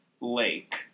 lake